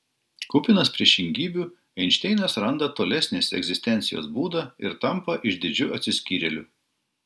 kupinas priešingybių einšteinas randa tolesnės egzistencijos būdą ir tampa išdidžiu atsiskyrėliu